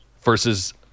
versus